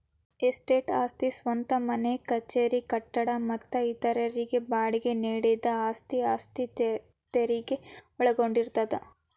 estate ಆಸ್ತಿ ಸ್ವಂತ ಮನೆ ಕಚೇರಿ ಕಟ್ಟಡ ಮತ್ತ ಇತರರಿಗೆ ಬಾಡ್ಗಿ ನೇಡಿದ ಆಸ್ತಿ ಆಸ್ತಿ ತೆರಗಿ ಒಳಗೊಂಡಿರ್ತದ